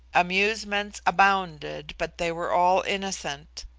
amusements abounded, but they were all innocent.